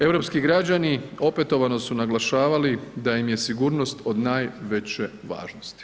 Europski građani opetovano su naglašavali da im je sigurnost od najveće važnosti.